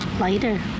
lighter